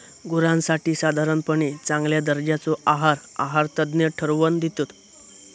गुरांसाठी साधारणपणे चांगल्या दर्जाचो आहार आहारतज्ञ ठरवन दितत